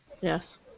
Yes